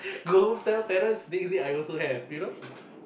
go home tell parents that I also have you know